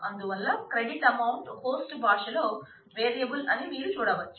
అందువల్ల credit amount host భాషలో variable అని మీరు చూడవచ్చు